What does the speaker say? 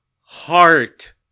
heart